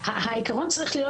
העיקרון צריך להיות